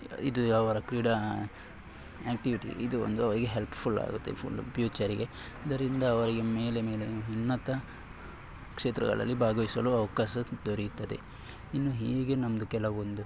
ಇದು ಅವರ ಕ್ರೀಡಾ ಆ್ಯಕ್ಟಿವಿಟಿ ಇದು ಒಂದು ಅವರಿಗೆ ಹೆಲ್ಪ್ಫುಲ್ಲಾಗುತ್ತೆ ಫುಲ್ ಪ್ಯೂಚರಿಗೆ ಇದರಿಂದ ಅವರಿಗೆ ಮೇಲೆ ಮೇಲೆ ಉನ್ನತ ಕ್ಷೇತ್ರಗಳಲ್ಲಿ ಭಾಗವಹಿಸಲು ಅವಕಾಶ ದೊರೆಯುತ್ತದೆ ಇನ್ನು ಹೀಗೆ ನಮ್ಮದು ಕೆಲವೊಂದು